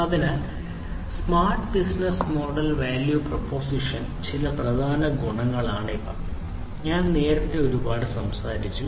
അതിനാൽ smart business model value പ്രൊപ്പോസിഷന്റെ ചില പ്രധാന ഗുണങ്ങളാണ് ഇവ ഞാൻ നേരത്തെ ഒരുപാട് സംസാരിച്ചു